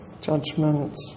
judgment